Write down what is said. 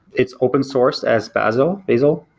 it's open sourced as bazel, bazel,